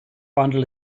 fondled